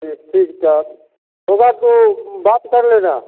जी ठीक तब होगा तो बात कर लेना